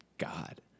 god